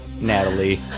Natalie